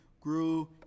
grew